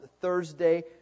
Thursday